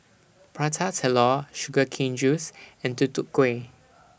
Prata Telur Sugar Cane Juice and Tutu Kueh